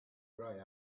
grey